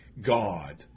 God